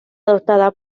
adoptada